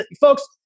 Folks